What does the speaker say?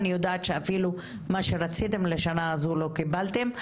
אני יודעת שאפילו מה שרציתם לשנה הזו לא קיבלתם,